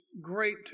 great